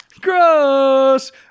Gross